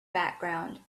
background